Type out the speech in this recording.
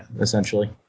essentially